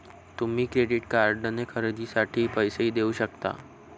तुम्ही क्रेडिट कार्डने खरेदीसाठी पैसेही देऊ शकता